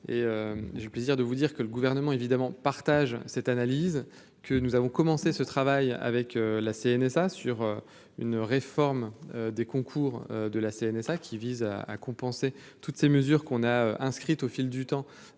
j'ai plaisir de vous dire que le gouvernement évidemment partage cette analyse, que nous avons commencé ce travail avec la CNSA sur une réforme des concours de la CNSA qui vise à compenser toutes ces mesures qu'on a inscrite au fil du temps